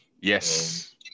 Yes